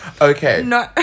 Okay